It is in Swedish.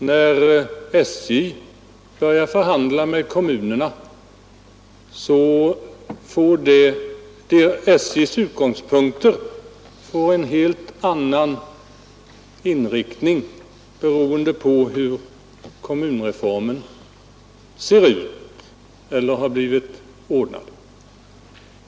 När SJ börjar förhandla med kommunerna så får SJ:s krav en helt annan inriktning, beroende på hur kommunreformen har blivit ordnad.